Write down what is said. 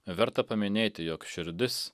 verta paminėti jog širdis